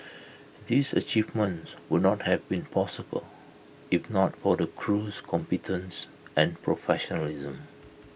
these achievements would not have been possible if not for the crew's competence and professionalism